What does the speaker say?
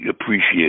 appreciate